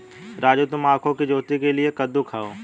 राजू तुम आंखों की ज्योति के लिए कद्दू खाओ